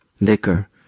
liquor